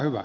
kiitos